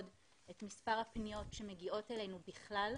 את מספר הפניות שמגיעות אלינו בכלל,